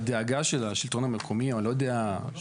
הדאגה של השלטון המקומי או אני לא יודע,